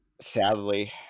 Sadly